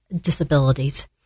disabilities